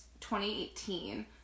2018